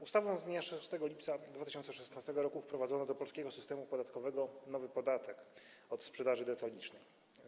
Ustawą z dnia 6 lipca 2016 r. wprowadzono do polskiego systemu podatkowego nowy podatek od sprzedaży detalicznej.